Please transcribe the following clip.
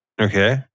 Okay